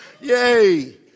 Yay